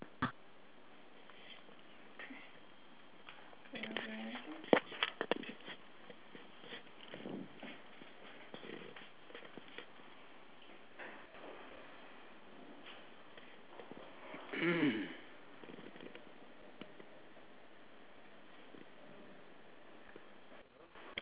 ya K yes on the tree is there any like pear okay on the right of the tree there's